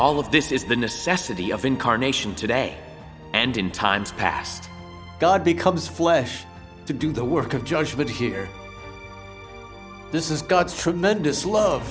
is the necessity of incarnation today and in times past god becomes flesh to do the work of judgment here this is god's tremendous love